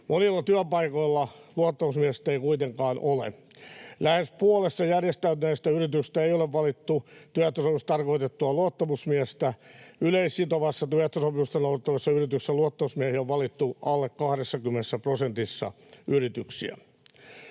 Monilla työpaikoilla luottamusmiestä ei kuitenkaan ole. Lähes puolessa järjestäytyneistä yrityksistä ei ole valittu työehtosopimuksessa tarkoitettua luottamusmiestä. Yleissitovaa työehtosopimusta noudattavassa yrityksessä luottamusmiehiä on valittu alle 20 prosentissa yrityksiä.